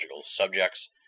subjects